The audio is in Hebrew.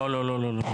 לא, לא, לא.